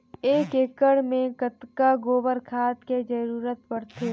एक एकड़ मे कतका गोबर खाद के जरूरत पड़थे?